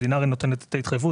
הרי המדינה נותנת את ההתחייבות,